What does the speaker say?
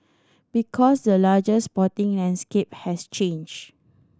because the larger sporting landscape has changed